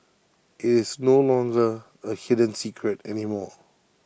it's no longer A hidden secret anymore